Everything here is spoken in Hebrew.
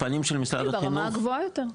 ברמה הגבוהה יותר.